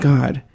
God